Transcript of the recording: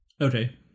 Okay